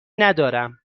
ندارم